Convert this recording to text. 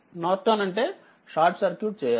నార్టన్అంటేషార్ట్ circuit చేయాలి